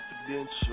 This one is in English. confidential